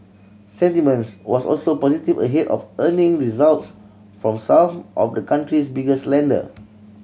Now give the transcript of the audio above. sentiments was also positive ahead of earning results from some of the country's biggest lender